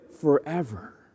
forever